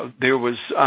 there was,